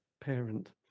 parent